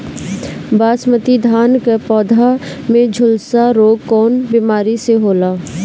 बासमती धान क पौधा में झुलसा रोग कौन बिमारी से होला?